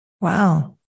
Wow